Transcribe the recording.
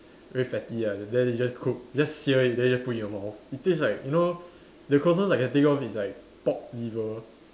very fatty ah then they just cook just sear it then put it in your mouth it taste like you know the closest I can think of is like pork liver